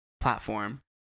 platform